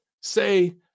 say